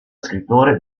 scrittore